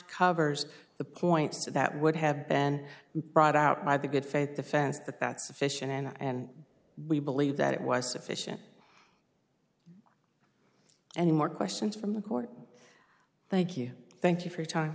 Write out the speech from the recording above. covers the points that would have been brought out by the good faith defense that that's sufficient and and we believe that it was sufficient and more questions from the court thank you thank you for your